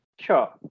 Sure